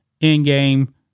Endgame